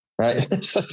Right